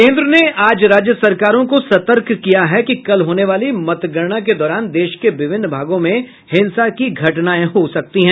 केंद्र ने आज राज्य सरकारों को सतर्क किया है कि कल होने वाली मतगणना के दौरान देश के विभिन्न भागों में हिंसा की घटनाएं हो सकती हैं